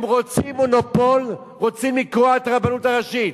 הם רוצים מונופול, רוצים לקרוע את הרבנות הראשית,